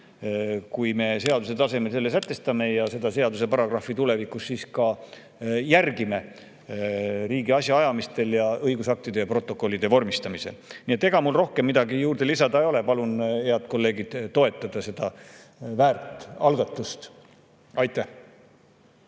kui me seaduse tasemel selle sätestame ja seda seaduse paragrahvi tulevikus riigi asjaajamistes ning õigusaktide ja protokollide vormistamisel ka järgime. Ega mul rohkem midagi juurde lisada ei ole. Palun, head kolleegid, toetada seda väärt algatust! Aitäh!